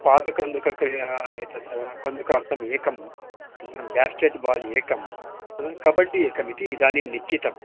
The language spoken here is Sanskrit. पादकन्दुकक्रीडा एतत् कन्दुकार्थम् एकम् अनन्तरं बेस्केट् बाल् एकं हा कबड्डि एकम् इति इदानीं निश्चितम्